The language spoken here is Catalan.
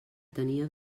tenia